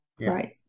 right